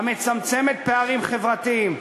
המצמצמת פערים חברתיים,